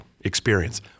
experience